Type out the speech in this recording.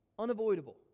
unavoidable